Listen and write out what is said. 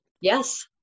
Yes